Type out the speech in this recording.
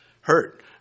Hurt